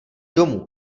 domů